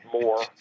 more